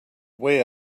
wide